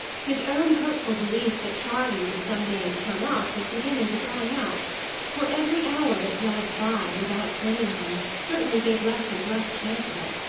his own hopeful belief that charley would some day turn up, was beginning to die out for every hour that dragged by, without bringing him, certainly gave less and less chance of it.